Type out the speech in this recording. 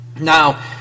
Now